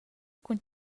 cun